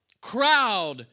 crowd